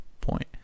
point